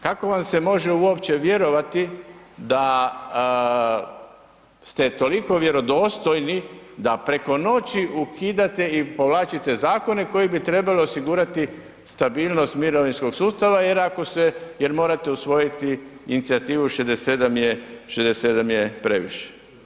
Kako vam se može uopće vjerovati da ste toliko vjerodostojni da preko noći ukidate i povlačite zakone koji bi trebali osigurati stabilnost mirovinskog sustava jer morate usvojiti inicijativu „67 je previše“